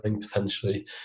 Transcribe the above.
potentially